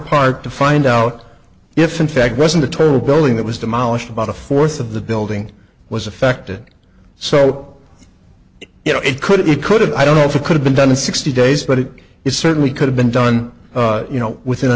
part to find out if in fact wasn't a total billing that was demolished about a fourth of the building was affected so you know it could it could have i don't know if it could have been done in sixty days but it it certainly could have been done you know within a